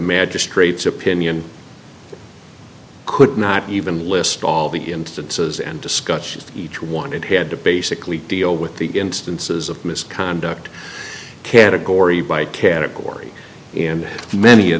magistrate's opinion could not even list all the instances and discussions each one and had to basically deal with the instances of misconduct category by category and many of